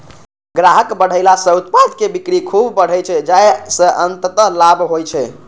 ग्राहक बढ़ेला सं उत्पाद के बिक्री खूब बढ़ै छै, जाहि सं अंततः लाभ होइ छै